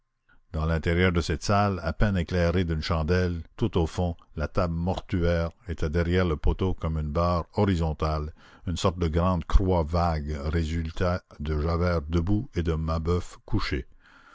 dans l'intérieur de cette salle à peine éclairée d'une chandelle tout au fond la table mortuaire étant derrière le poteau comme une barre horizontale une sorte de grande croix vague résultait de javert debout et de mabeuf couché